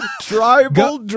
tribal